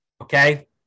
okay